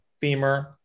femur